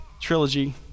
trilogy